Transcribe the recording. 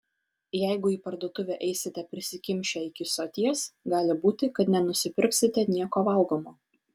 jeigu į parduotuvę eisite prisikimšę iki soties gali būti kad nenusipirksite nieko valgomo